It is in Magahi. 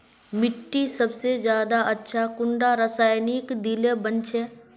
मिट्टी सबसे ज्यादा अच्छा कुंडा रासायनिक दिले बन छै?